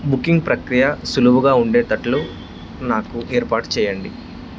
booking ప్రక్రియ సులువుగా ఉండేటట్లు నాకు ఏర్పాటు చేయండి